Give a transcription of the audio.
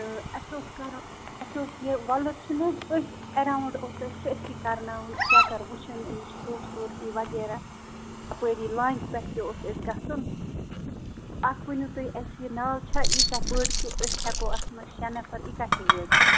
تہٕ اَسہِ اوس کَرُن اَسہِ اوس یہِ وَلُر چھِنہٕ حظ أتںھۍ اٮ۪راونٛڈ اوس اَسہِ سٲرِسٕے کَرناوٕنۍ چَکر وُچھُن امِچ خوٗبصوٗرتی وغیرہ اَپٲری لانگہِ پٮ۪ٹھ تہِ اوس اَسہِ گژھُن اَکھ وٕنِو تُہۍ اَسہِ یہِ ناو چھا ییٖژاہ بٔڑ أسۍ ہٮ۪کَو اَتھ منٛز شےٚ نَفر اِکٹھے وٲتِتھ